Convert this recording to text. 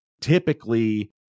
typically